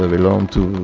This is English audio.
ah belongs to